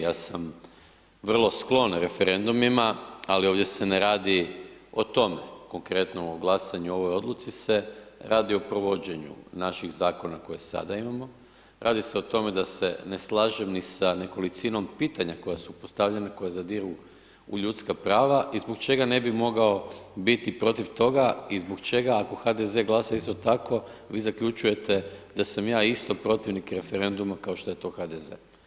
Ja sam vrlo sklon referendumima, ali ovdje se ne radi o tome, konkretno o glasanju o ovoj odluci se radi o provođenju naših Zakona koje sada imamo, radi se o tome da se ne slažem ni sa nekolicinom pitanja koja su postavljena koja zadiru u ljudska prava i zbog čega ne bi mogao biti protiv toga i zbog čega ako HDZ glasa isto tako vi zaključujete da sam ja isto protivnik referenduma kao što je to HDZ.